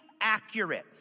accurate